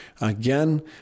again